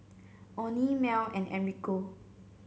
Onie Mell and Enrico